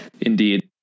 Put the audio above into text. Indeed